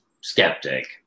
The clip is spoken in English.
skeptic